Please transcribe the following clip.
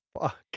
fuck